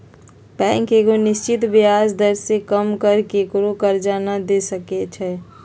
bank एगो निश्चित ब्याज दर से कम पर केकरो करजा न दे सकै छइ